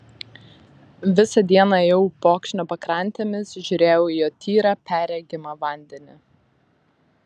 visą dieną ėjau upokšnio pakrantėmis žiūrėjau į jo tyrą perregimą vandenį